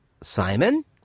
Simon